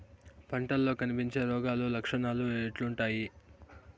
పంటల్లో కనిపించే రోగాలు లక్షణాలు ఎట్లుంటాయి?